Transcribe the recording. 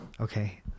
Okay